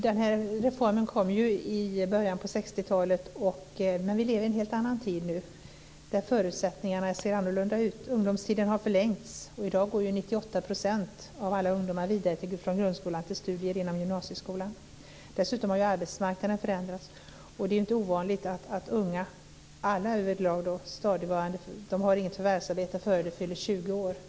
Denna reform kom i början på 60-talet, men vi lever i en helt annan tid nu, där förutsättningarna ser annorlunda ut. Ungdomstiden har förlängts. I dag går 98 % av alla ungdomar vidare från grundskolan till studier inom gymnasieskolan. Dessutom har arbetsmarknaden förändrats. Det är inte ovanligt att unga inte har något stadigvarande förvärvsarbete innan de fyller 20 år.